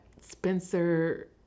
Spencer